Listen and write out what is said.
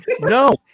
No